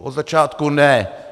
Od začátku ne.